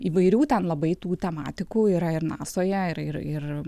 įvairių ten labai tų tematikų yra ir nasoje yra ir ir